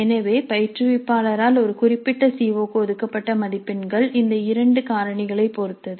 எனவே பயிற்றுவிப்பாளரால் ஒரு குறிப்பிட்ட சி ஓ க்கு ஒதுக்கப்பட்ட மதிப்பெண்கள் இந்த இரண்டு காரணிகளைப் பொறுத்தது